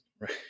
right